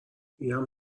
اینم